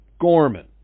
Gorman